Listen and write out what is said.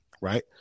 right